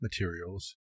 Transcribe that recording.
materials